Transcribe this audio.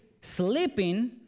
sleeping